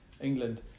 England